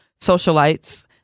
socialites